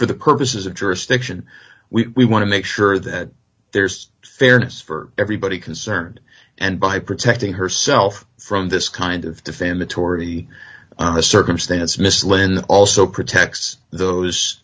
for the purposes of jurisdiction we want to make sure that there's fairness for everybody concerned and by protecting herself from this kind of defamatory circumstance misled and also protects those